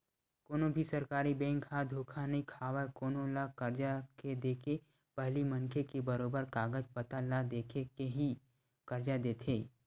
कोनो भी सरकारी बेंक ह धोखा नइ खावय कोनो ल करजा के देके पहिली मनखे के बरोबर कागज पतर ल देख के ही करजा देथे